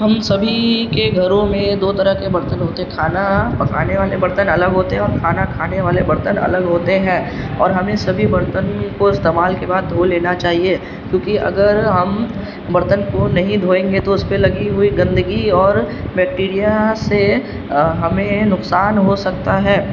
ہم سبھی کے گھروں میں دو طرح کے برتن ہوتے ہیں کھانا پکانے والے برتن الگ ہوتے ہیں اور کھانا کھانے والے برتن الگ ہوتے ہیں اور ہمیں سبھی برتن کو استعمال کے بعد دھو لینا چاہیے کیونکہ اگر ہم برتن کو نہیں دھوئیں گے تو اس پہ لگی ہوئی گندگی اور بیکٹیریا سے ہمیں نقصان ہو سکتا ہے